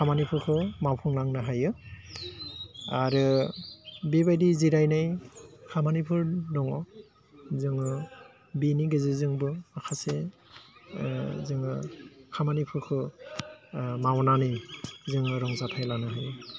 खामानिफोरखौ मावफुंनांनो हायो आरो बिबायदि जिरायनाय खामानिफोर दङ जोङो बिनि गेजेरजोंबो माखासे जोङो खामानिफोरखौ मावनानै जोङो रंजाथाइ लानो हायो